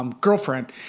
girlfriend